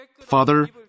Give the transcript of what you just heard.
Father